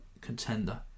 contender